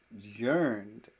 yearned